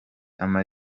ama